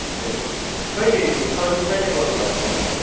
ब्रेकमा कहिले त्यो सर्विस कहिले गर्नु भएको थियो लास्ट टाइम